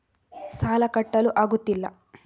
ಸಾಲ ಕಟ್ಟಲು ಆಗುತ್ತಿಲ್ಲ